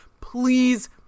Please